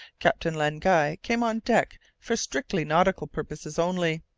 captain len guy came on deck for strictly nautical purposes only,